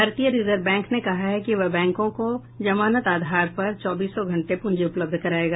भारतीय reserve bank ने कहा है कि वह बैंकों को जमानत आधार पर चौबीसों घंटे प्रंजी उपलब्ध कराएगा